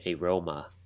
aroma